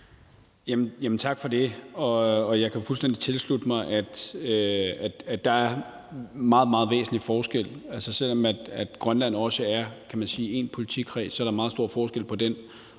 Tak for det. Jeg kan fuldstændig tilslutte mig, at der er meget, meget væsentlig forskel. Selv om Grønland er, man kan sige én politikreds, er der meget stor forskel på den